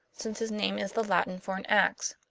since his name is the latin for an ax.